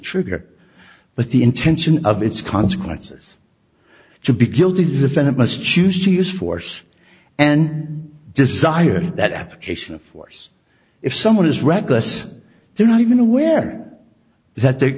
trigger but the intention of its consequences to be guilty defendant must choose to use force and desire that application of force if someone is reckless they're not even aware that they're